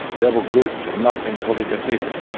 rebel groups have not been fully defeated,